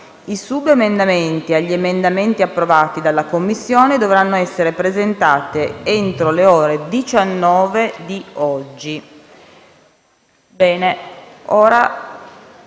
I subemendamenti agli emendamenti approvati dalla Commissione dovranno essere presentati entro le ore 19 di oggi. Rinvio